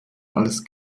als